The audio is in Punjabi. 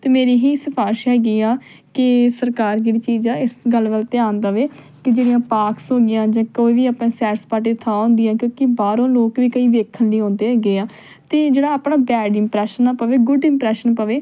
ਅਤੇ ਮੇਰੀ ਇਹ ਹੀ ਸਿਫਾਰਿਸ਼ ਹੈਗੀ ਆ ਕਿ ਸਰਕਾਰ ਜਿਹੜੀ ਚੀਜ਼ ਆ ਇਸ ਗੱਲ ਵੱਲ ਧਿਆਨ ਦੇਵੇ ਕਿ ਜਿਹੜੀਆਂ ਪਾਰਕਸ ਹੋ ਗਈਆਂ ਜਾਂ ਕੋਈ ਵੀ ਆਪਾਂ ਸੈਰ ਸਪਾਟੇ ਥਾਂ ਹੁੰਦੀ ਹੈ ਕਿਉਂਕਿ ਬਾਹਰੋਂ ਲੋਕ ਵੀ ਕਈ ਵੇਖਣ ਲਈ ਆਉਂਦੇ ਹੈਗੇ ਆ 'ਤੇ ਜਿਹੜਾ ਆਪਣਾ ਬੈਡ ਇੰਪਰੈਸ਼ਨ ਨਾ ਪਵੇ ਗੁੱਡ ਇੰਪਰੈਸ਼ਨ ਪਵੇ